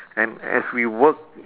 and as we work